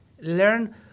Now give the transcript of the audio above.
Learn